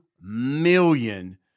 million